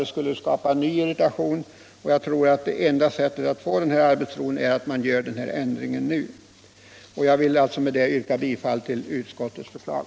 Det skulle skapa ny irritation, och jag tror att det enda sättet att få denna arbetsro är att göra denna ändring nu. Jag vill med detta yrka bifall till utskottets förslag.